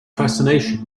fascination